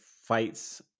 fights